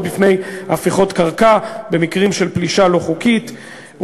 בפני הפיכות קרקע במקרים של פלישה לא חוקית.